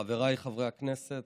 חבריי חברי הכנסת,